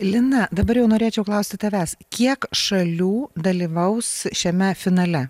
lina dabar jau norėčiau klausti tavęs kiek šalių dalyvaus šiame finale